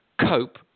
cope